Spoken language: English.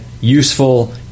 useful